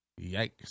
Yikes